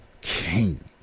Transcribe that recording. King